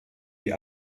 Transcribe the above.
die